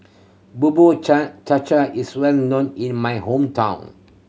Bubur Cha Cha cha is well known in my hometown